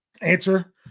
answer